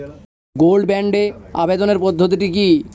Gold বন্ডে আবেদনের পদ্ধতিটি কি?